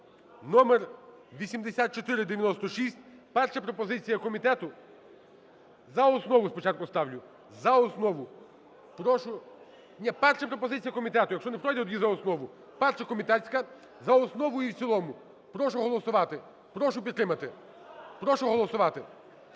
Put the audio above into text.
(№ 8496). Перша пропозиція комітету за основу спочатку ставлю. За основу. Прошу… Ні, перша пропозиція комітету. Якщо не пройде, тоді за основу. Перша комітетська за основу і в цілому. Прошу голосувати, прошу підтримати. Прошу голосувати.